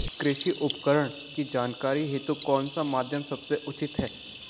कृषि उपकरण की जानकारी हेतु कौन सा माध्यम सबसे उचित है?